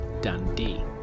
Dundee